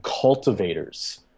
cultivators